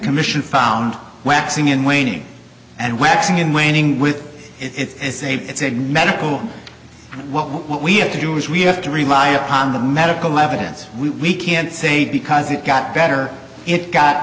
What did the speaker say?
commission found waxing and waning and waxing and waning with it's a it's a medical what we have to do is we have to remind upon the medical evidence we can't say because it got better it got